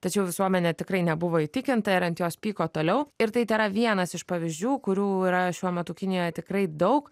tačiau visuomenė tikrai nebuvo įtikinta ir ant jos pyko toliau ir tai tėra vienas iš pavyzdžių kurių yra šiuo metu kinijoje tikrai daug